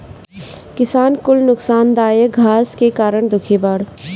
किसान कुल नोकसानदायक घास के कारण दुखी बाड़